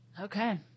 Okay